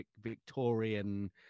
Victorian